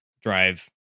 drive